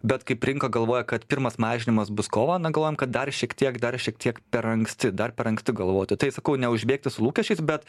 bet kaip rinka galvoja kad pirmas mažinimas bus kovą na galvojam kad dar šiek tiek dar šiek tiek per anksti dar per anksti galvoti tai sakau neužbėgti su lūkesčiais bet